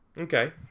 Okay